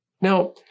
Now